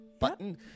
button